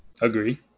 agree